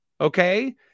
Okay